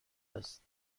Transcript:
است